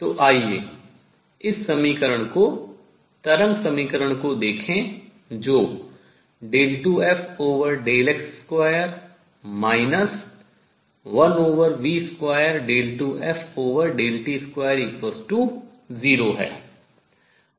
तो आइए इस समीकरण को तरंग समीकरण को देखें जो 2fx2 1v22ft20 है